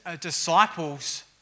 disciples